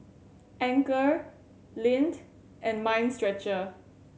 Anchor Lindt and Mind Stretcher